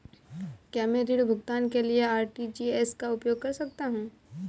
क्या मैं ऋण भुगतान के लिए आर.टी.जी.एस का उपयोग कर सकता हूँ?